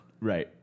Right